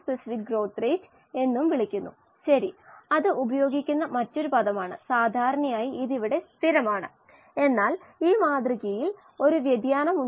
integral ടാബ്ലിൽ നിന്നും അപ്പോൾ ഉത്തരം ഗ്രാഫിൽ KLa ആണ് സ്ലോപ് ഡൈനാമിക് പ്രതികരണ രീതിയുടെ അടിസ്ഥാനം ഇത് തരുന്നു